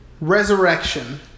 Resurrection